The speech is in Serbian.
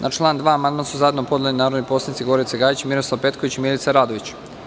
Na član 2. amandman su zajedno podneli narodni poslanici Gorica Gajić, Miroslav Petković i Milica Radović.